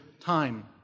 time